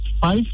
five